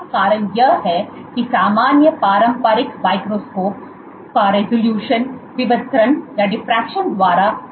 और इसका कारण यह है कि सामान्य पारंपरिक माइक्रोस्कोप कारेजोल्यूशन विवर्तन द्वारा सीमित है